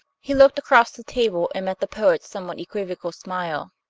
he looked across the table and met the poet's somewhat equivocal smile.